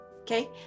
okay